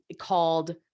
called